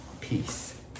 peace